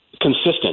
consistent